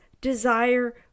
desire